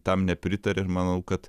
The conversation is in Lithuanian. tam nepritarė ir manau kad